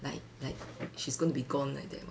like like she's gonna be gone like that [one]